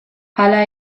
hala